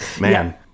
man